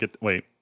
Wait